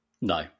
No